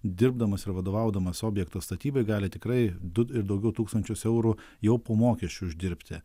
dirbdamas ir vadovaudamas objekto statybai gali tikrai du ir daugiau tūkstančius eurų jau po mokesčių uždirbti